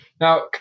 Now